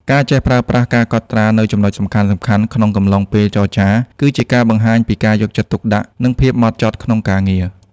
ការចេះប្រើប្រាស់ "ការកត់ត្រា" នូវចំណុចសំខាន់ៗក្នុងកំឡុងពេលចរចា គឺជាការបង្ហាញពីការយកចិត្តទុកដាក់ និងភាពហ្មត់ចត់ក្នុងការងារ។